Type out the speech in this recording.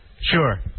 Sure